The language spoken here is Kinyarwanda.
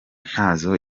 ntazo